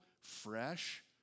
fresh